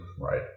Right